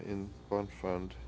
in one fund